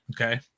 Okay